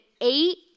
eight